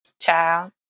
Child